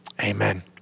Amen